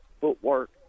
footwork